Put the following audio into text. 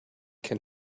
can